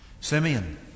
Simeon